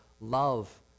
love